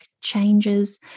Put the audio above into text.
changes